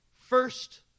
first